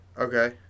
Okay